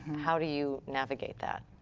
how do you navigate that?